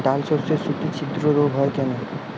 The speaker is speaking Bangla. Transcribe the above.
ডালশস্যর শুটি ছিদ্র রোগ হয় কেন?